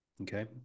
Okay